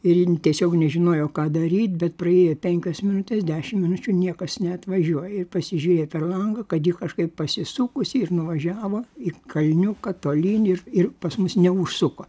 ir jin tiesiog nežinojo ką daryt bet praėjo penkios minutės dešim minučių niekas neatvažiuoja ir pasižiūrėjo per langą kad ji kažkaip pasisukusi ir nuvažiavo į kalniuką tolyn ir ir pas mus neužsuko